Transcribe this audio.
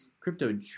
Crypto